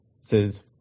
says